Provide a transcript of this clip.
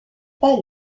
pas